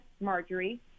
marjorie